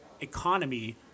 economy